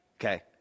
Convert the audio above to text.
Okay